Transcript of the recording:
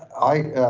i,